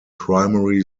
primary